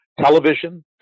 television